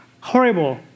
horrible